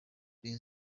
been